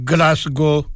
Glasgow